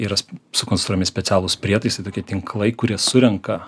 yra sukonstruojami specialūs prietaisai tokie tinklai kurie surenka